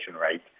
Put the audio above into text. rate